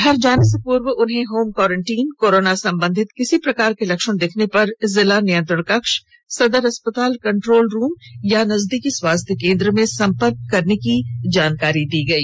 घर जाने से पूर्व उन्हें होम क्वॉरेटाइन कोरोना संबंधित किसी प्रकार के लक्षण दिखने पर जिला नियंत्रण कक्ष सदर अस्पताल कंट्रोल रूम अथवा नजदीकी स्वास्थ्य केंद्र में संपर्क करने के संबंध में विस्तार पूर्वक जानकारी दी गई